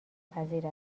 پذیر